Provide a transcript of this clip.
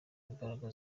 imbaraga